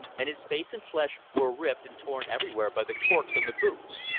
and his face and flesh were ripped and torn everywhere by the corks on the boots.